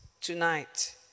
tonight